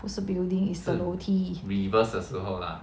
不是 building 那个楼梯